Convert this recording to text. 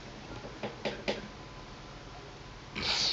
that's how ah we've got twenty dollars worth of credits right